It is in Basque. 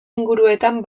inguruetan